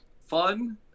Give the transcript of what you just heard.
Fun